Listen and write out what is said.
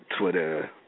Twitter